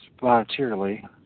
voluntarily